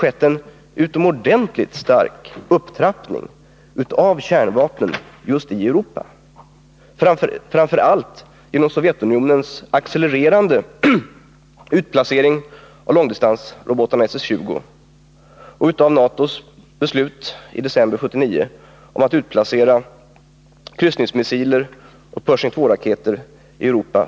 En utomordentligt stark upptrappning av kärnvapentillförseln har ägt rum, framför allt genom Sovjets accelererande utplacering av långdistansrobotarna SS 20 och genom NATO:s beslut i december 1979 att utplacera kryssningsmissiler och Pershing II-raketer i Europa.